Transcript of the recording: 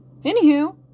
Anywho